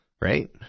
right